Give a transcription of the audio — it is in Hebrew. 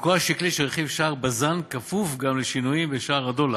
ערכו השקלי של רכיב שער בז"ן כפוף גם לשינויים בשער הדולר.